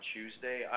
Tuesday